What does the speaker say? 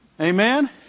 Amen